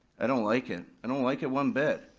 i don't like it, i don't like it one bit.